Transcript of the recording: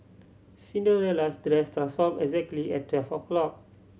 Cinderella's dress transformed exactly at twelve o'clock